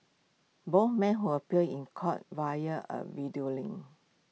both men who appeared in court via A video link